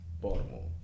Baltimore